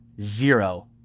zero